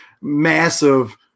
massive